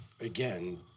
again